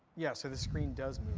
yeah, so the screen does